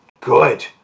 good